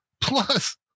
plus